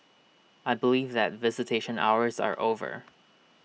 I believe that visitation hours are over